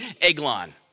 Eglon